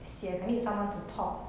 sian I need someone to talk